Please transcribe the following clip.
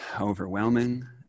overwhelming